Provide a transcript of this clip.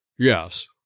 Yes